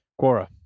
quora